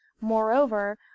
moreover